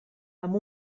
amb